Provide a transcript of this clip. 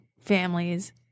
families